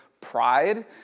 pride